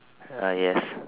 uh yes